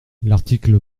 l’article